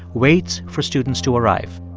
waits for students to arrive.